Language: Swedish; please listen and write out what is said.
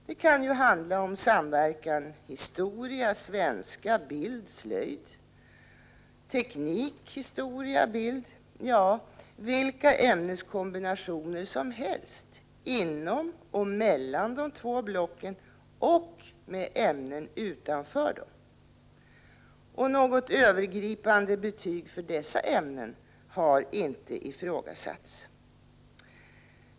Det kan ju handla om historia-svenska-bild-slöjd, teknik-historia-bild, ja, vilka ämneskombinationer som helst inom och mellan de två blocken och med ämnen utanför dem. Något övergripande betyg för dessa ämnen har inte ifrågasatts.